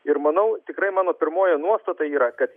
ir manau tikrai mano pirmoji nuostata yra kad